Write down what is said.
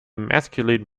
masculine